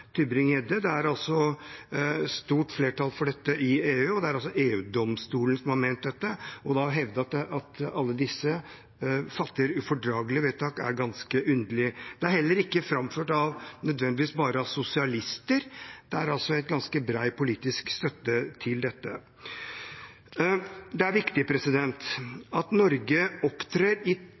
Det er et stort flertall for dette i EU, og det er altså EU-domstolen som har ment dette. Da å hevde at alle disse fatter ufordragelige vedtak, er ganske underlig. Det er heller ikke framført nødvendigvis bare av sosialister, det er ganske bred politisk støtte til dette. Det er viktig at Norge opptrer i